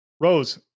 Rose